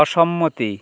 অসম্মতি